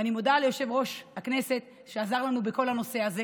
ואני מודה ליושב-ראש הכנסת שעזר לנו בכל הנושא הזה,